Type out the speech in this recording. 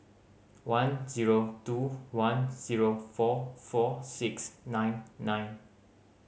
one zero two one zero four four six nine nine